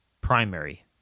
primary